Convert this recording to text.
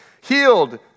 healed